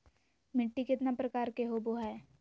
मिट्टी केतना प्रकार के होबो हाय?